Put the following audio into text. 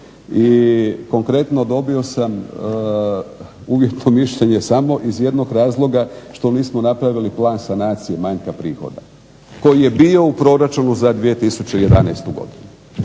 I konkretno dobio sam uvjetno mišljenje samo iz jednog razloga što nismo napravili plan sanacije manjka prihoda koji je bio u proračunu za 2011. Godinu.